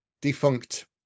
defunct